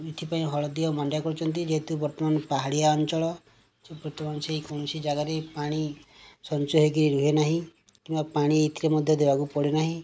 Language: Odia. ଏଥିପାଇଁ ହଳଦୀ ଆଉ ମାଣ୍ଡିଆ କରୁଛନ୍ତି ଯେହେତୁ ବର୍ତ୍ତମାନ ପାହାଡ଼ିଆ ଅଞ୍ଚଳ ବର୍ତ୍ତମାନ ସହି କୌଣସି ଜାଗାରେ ପାଣି ସଞ୍ଚୟ ହୋଇକି ରୁହେ ନାହିଁ କିମ୍ବା ପାଣି ଥିଲେ ମଧ୍ୟ ଦେବାକୁ ପଡ଼େ ନାହିଁ